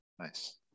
Nice